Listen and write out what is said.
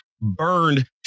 burned